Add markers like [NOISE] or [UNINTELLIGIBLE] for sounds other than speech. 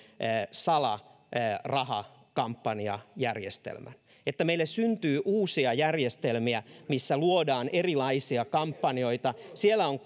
salarahakampanjajärjestelmän että meille syntyy uusia järjestelmiä missä luodaan erilaisia kampanjoita siellä on [UNINTELLIGIBLE]